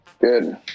Good